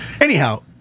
Anyhow